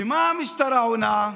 ומה המשטרה עונה?